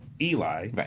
Eli